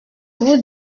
vous